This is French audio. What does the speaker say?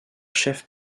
chef